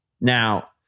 Now